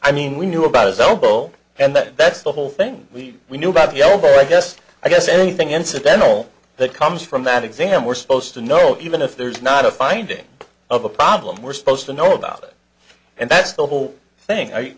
i mean we knew about his elbow and that that's the whole thing we we knew about the elbow i guess i guess anything incidental that comes from that exam we're supposed to know even if there's not a finding of a problem we're supposed to know about it and that's the whole thing i